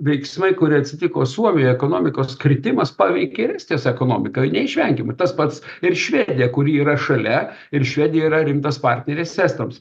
veiksmai kurie atsitiko suomijoj ekonomikos kritimas paveikė ir estijos ekonomiką neišvengiamai tas pats ir švedija kuri yra šalia ir švedija yra rimtas partneris estams